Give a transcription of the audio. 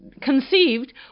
conceived